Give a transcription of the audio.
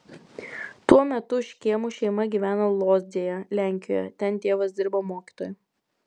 tuo metu škėmų šeima gyveno lodzėje lenkijoje ten tėvas dirbo mokytoju